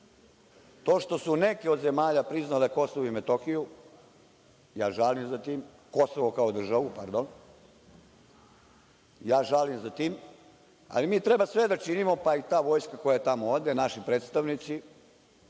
To što su neke od zemalja priznale Kosovo i Metohiju, ja žalim za tim, izvinite, Kosovo kao državu. Ja žalim za tim ali mi treba sve da činimo, pa i ta vojska koja tamo ode, naši predstavnici